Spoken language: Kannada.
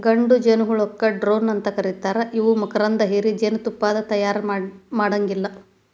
ಗಂಡು ಜೇನಹುಳಕ್ಕ ಡ್ರೋನ್ ಅಂತ ಕರೇತಾರ ಇವು ಮಕರಂದ ಹೇರಿ ಜೇನತುಪ್ಪಾನ ತಯಾರ ಮಾಡಾಂಗಿಲ್ಲ